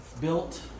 built